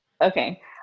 Okay